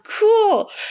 cool